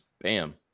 bam